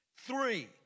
Three